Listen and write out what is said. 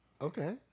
Okay